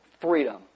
freedom